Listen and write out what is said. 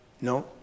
no